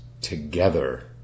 together